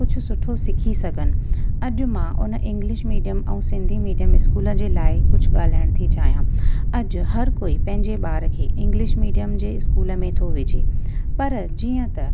कुझु सुठो सिखी सघनि अॼु मां उन इंग्लिश मिडियम ऐं सिंधी मिडियम स्कूल जे लाइ कुझु ॻाल्हाइण थी चाहियां अॼु हर कोई पंहिंजे ॿार खे इंग्लिश मिडियम जे स्कूल में थो विझे पर जीअं त